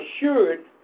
assured